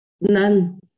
none